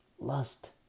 Lust